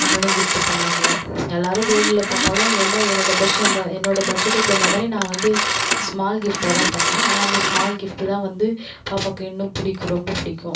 அண்ணனும் கிஃப்ட் பண்ணாங்க எல்லாரும் கோல்டில் பண்ணாலும் ஏன்ன என்னோடய தான் என்னோடய பட்ஜெட்டுக்கு தகுந்தா மாதிரி நான் வந்து ஸ்மால் கிஃப்ட்டாக தான் பண்ணேன் ஆனால் இந்த ஸ்மால் கிஃப்ட் தான் வந்து பாப்பாவுக்கு இன்னும் பிடிக்கும் ரொம்ப பிடிக்கும்